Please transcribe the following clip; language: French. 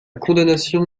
condamnation